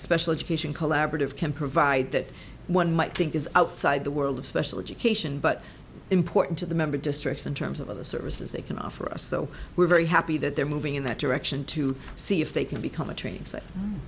special education collaborative can provide that one might think is outside the world of special education but important to the member districts in terms of the services they can offer us so we're very happy that they're moving in that direction to see if they can become a trai